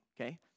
okay